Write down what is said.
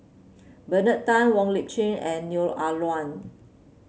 Bernard Tan Wong Lip Chin and Neo Ah Luan